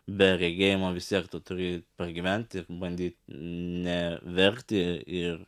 be regėjimo vis tiek tu turi pragyventi bandyt ne verkti ir